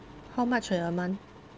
how much are your month